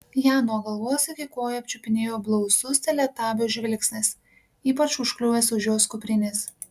ją nuo galvos iki kojų apčiupinėjo blausus teletabio žvilgsnis ypač užkliuvęs už jos kuprinės